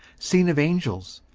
seen of angels,